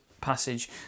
Passage